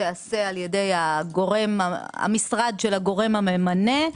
תיעשה על-ידי המשרד של הגורם הממנה,